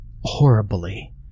horribly